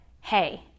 hey